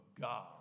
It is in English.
God